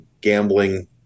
gambling